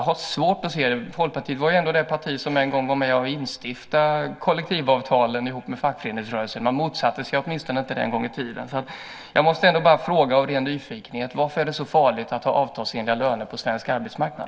Folkpartiet var ändå det parti som tillsammans med fackföreningsrörelsen en gång var med om att instifta kollektivavtalen - åtminstone motsatte man sig inte dem. Jag vill därför av ren nyfikenhet fråga: Varför är det så farligt att ha avtalsenliga löner på svensk arbetsmarknad?